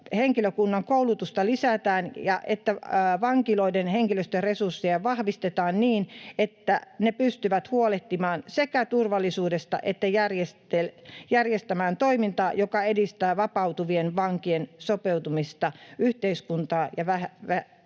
valvontahenkilökunnan koulutusta lisätään ja että vankiloiden henkilöstöresursseja vahvistetaan niin, että ne pystyvät sekä huolehtimaan turvallisuudesta että järjestämään toimintaa, joka edistää vapautuvien vankien sopeutumista yhteiskuntaan ja